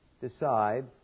decide